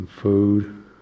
food